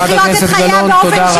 יהיה רק גוף אחד שאי-אפשר יהיה להיכנס אליו,